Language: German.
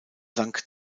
sank